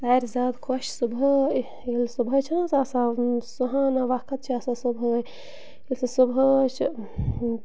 ژَرِ زیادٕ خۄش صُبحٲے ییٚلہِ صُبحٲے چھِنہ حظ آسان سُہانہ وقت چھِ آسان صُبحٲے ییٚلہِ سُہ صُبحٲے چھِ